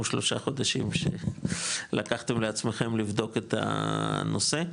שלושה חודשים שלקחתם לעצמכם לבדוק את הנושא.